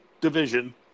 division